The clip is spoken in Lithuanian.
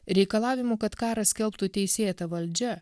reikalavimu kad karą skelbtų teisėta valdžia